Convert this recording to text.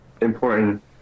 important